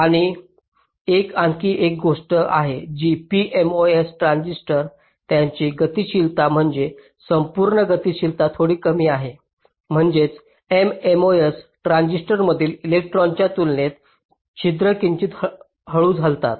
आणि आणखी एक गोष्ट आहे की pMOS ट्रान्झिस्टर त्यांची गतिशीलता म्हणजे संपूर्ण गतिशीलता थोडी कमी आहे म्हणजेच nMOS ट्रान्झिस्टरमधील इलेक्ट्रॉनच्या तुलनेत छिद्र किंचित हळू हलतात